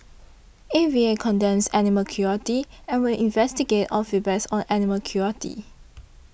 A V A condemns animal cruelty and will investigate all feedbacks on animal cruelty